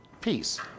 peace